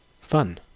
fun